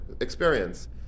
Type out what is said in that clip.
experience